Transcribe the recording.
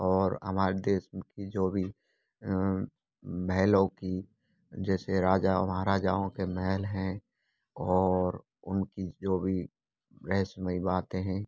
और हमारे देश की जो भी महलों की जैसे राजा महाराजाओं के महल हैं और उनकी जो भी रहस्यमयी बातें हैं